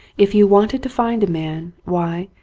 if you wanted to find a man, why,